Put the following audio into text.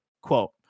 quote